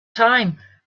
time